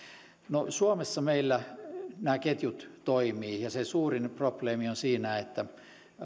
no meillä suomessa nämä ketjut toimivat ja se suurin probleemi on siinä että